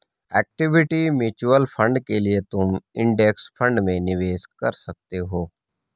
equity mutual fund के लिए तुम इंडेक्स फंड में निवेश कर सकते हो